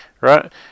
right